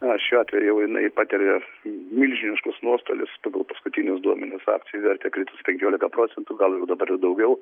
šiuo atveju jau jinai patiria milžiniškus nuostolius pagal paskutinius duomenis akcijų vertė kritus penkiolika procentų gal jau dabar ir daugiau